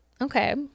okay